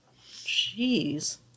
Jeez